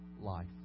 life